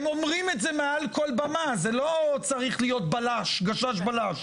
לא צריך להיות גשש בלש,